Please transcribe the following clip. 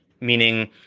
Meaning